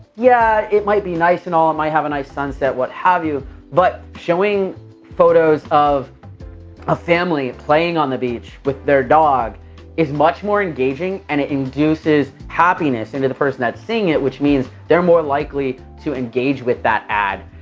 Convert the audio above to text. yeah, it might be nice and all. it might have a nice sunset, what have you but showing photos of a family playing on the beach with their dog is much more engaging and it induces happiness into the person that's seeing it which mean they're more likely to engage with that ad,